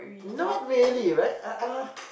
not really right uh uh